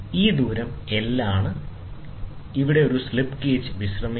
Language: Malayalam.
ഈ ദൂരം L ആണ് ഇത് ഒരു സ്ലിപ്പ് ഗേജിൽ വിശ്രമിക്കുന്നു